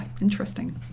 interesting